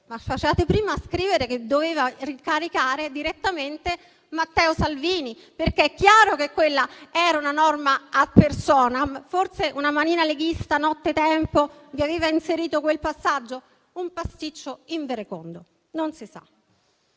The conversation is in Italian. fatto prima a scrivere che doveva incaricare direttamente Matteo Salvini, perché è chiaro che quella era una norma *ad personam*: forse una manina leghista nottetempo vi aveva inserito quel passaggio? Un pasticcio inverecondo, non si sa.